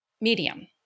medium